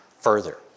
further